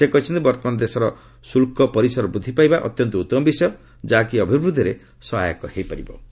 ସେ କହିଛନ୍ତି ବର୍ତ୍ତମାନ ଦେଶର ଶୁଲ୍କ ପରିସର ବୃଦ୍ଧି ପାଇବା ଅତ୍ୟନ୍ତ ଉତ୍ତମ ବିଷୟ ଯାହାକି ଅଭିବୃଦ୍ଧିରେ ସହାୟକ ହୋଇପାରିବ